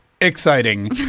exciting